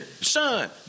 Son